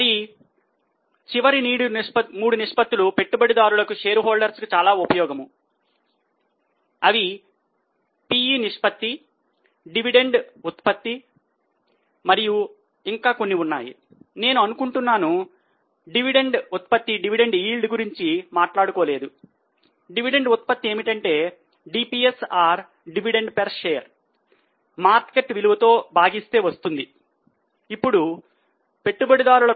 మరియు చివరి 3 నిష్పత్తులు పెట్టుబడిదారులకు